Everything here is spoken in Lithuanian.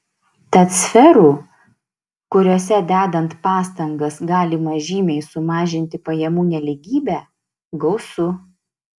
tad sferų kuriose dedant pastangas galima žymiai sumažinti pajamų nelygybę gausu